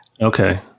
okay